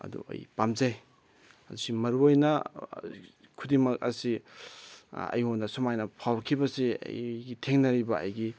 ꯑꯗꯨ ꯑꯩ ꯄꯥꯝꯖꯩ ꯑꯁꯤ ꯃꯔꯨ ꯑꯣꯏꯅ ꯈꯨꯗꯤꯡꯃꯛ ꯑꯁꯤ ꯑꯩꯉꯣꯟꯗ ꯁꯨꯃꯥꯏꯅ ꯐꯥꯎꯔꯛꯈꯤꯕꯁꯤ ꯊꯦꯡꯅꯔꯤꯕ ꯑꯩꯒꯤ